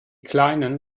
kleinen